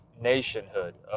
nationhood